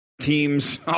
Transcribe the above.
teams